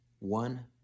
One